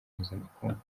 mpuzamakungu